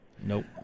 Nope